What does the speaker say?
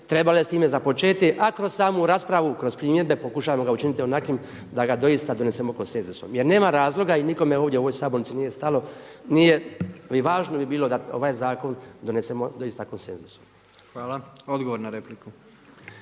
trebalo je s time započeti a kroz samu raspravu, kroz primjedbe pokušavamo ga učiniti onakvim da ga doista donesemo konsenzusom. Jer nema razloga i nikome u ovdje u ovoj sabornici nije stalo, nije, i važno bi bilo da ovaj zakon donesemo doista konsenuzusom. **Jandroković,